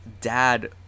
dad